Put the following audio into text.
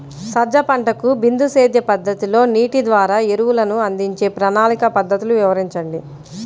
సజ్జ పంటకు బిందు సేద్య పద్ధతిలో నీటి ద్వారా ఎరువులను అందించే ప్రణాళిక పద్ధతులు వివరించండి?